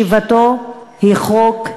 / ישיבתו היא חוק.